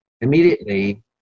immediately